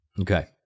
Okay